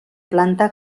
planta